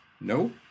No